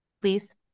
Please